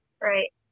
Right